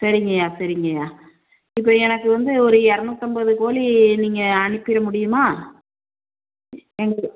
சரிங்கய்யா சரிங்கய்யா இப்போ எனக்கு வந்து ஒரு இரநூத்தம்பது கோழி நீங்கள் அனுப்பிட முடியுமா